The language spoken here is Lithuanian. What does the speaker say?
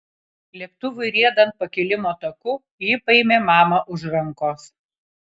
lėktuvui riedant pakilimo taku ji paėmė mamą už rankos